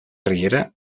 riera